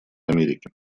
америки